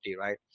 right